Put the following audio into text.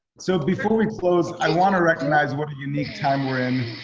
so before we close, i wanna recognize what a unique time we're in.